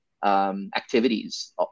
Activities